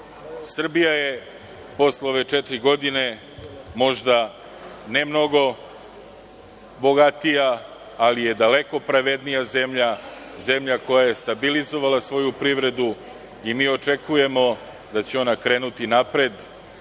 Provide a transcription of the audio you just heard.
boljim. Srbija je posle ove četiri godine možda ne mnogo bogatija, ali je daleko pravednija zemlja, zemlja koja je stabilizovala svoju privredu i mi očekujemo da će ona krenuti napred,